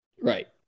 Right